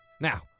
Now